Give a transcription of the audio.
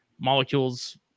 molecules